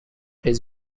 his